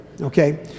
okay